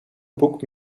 boek